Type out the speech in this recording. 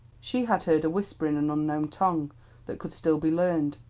she had heard a whisper in an unknown tongue that could still be learned,